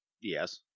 Yes